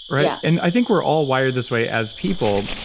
yeah and i think we're all wired this way as people,